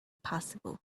possible